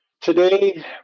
Today